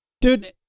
Dude